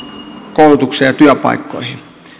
koulutukseen ja työpaikkoihin